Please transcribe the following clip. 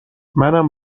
منم